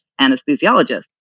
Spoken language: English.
anesthesiologists